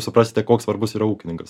suprasite koks svarbus yra ūkininkas